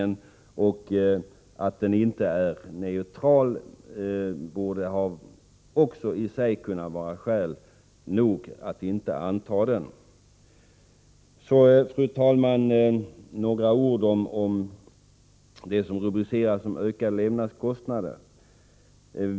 Att den inte är neutral borde också ha kunnat vara skäl för att inte anta den. Fru talman! Så några ord om det avsnitt som rubriceras Ökade levnadskostnader.